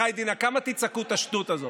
כמה תצעקו את השטות הזאת?